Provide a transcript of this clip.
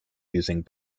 using